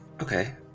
Okay